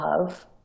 love